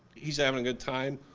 he's having a good time,